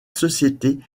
société